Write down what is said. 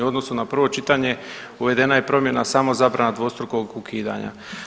U odnosu na prvo čitanje uvedena je promjena samo zabrana dvostrukog ukidanja.